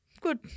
Good